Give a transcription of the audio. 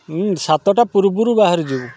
ସାତଟା ପୂର୍ବରୁ ବାହାରିଯିବୁ